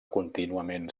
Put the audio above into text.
contínuament